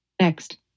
Next